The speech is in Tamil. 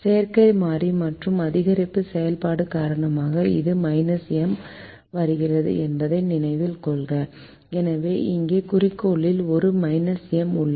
செயற்கை மாறி மற்றும் அதிகரிப்பு செயல்பாடு காரணமாக இது M வருகிறது என்பதை நினைவில் கொள்க எனவே இங்கே குறிக்கோளில் ஒரு M உள்ளது